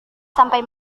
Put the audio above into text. sampai